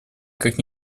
как